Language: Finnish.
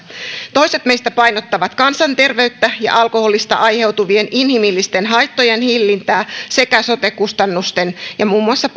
toiset meistä painottavat kansanterveyttä ja alkoholista aiheutuvien inhimillisten haittojen hillintää sekä sote kustannusten ja muun muassa